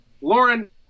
lauren